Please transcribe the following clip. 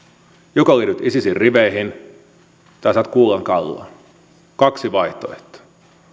joko liityt isisin riveihin tai saat kuulan kalloon kaksi vaihtoehtoa